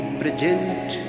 present